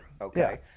Okay